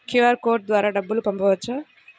QR code ద్వారా డబ్బులు పంపవచ్చా?